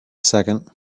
second